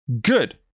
good